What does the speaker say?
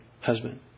husband